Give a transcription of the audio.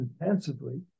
intensively